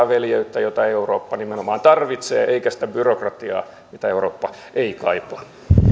veljeyttä jota eurooppa nimenomaan tarvitsee eikä sitä byrokratiaa mitä eurooppa ei kaipaa